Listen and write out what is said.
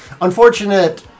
unfortunate